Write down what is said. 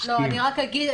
אני מסכים.